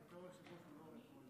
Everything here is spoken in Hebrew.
בתור היושב-ראש,